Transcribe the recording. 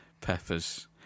Peppers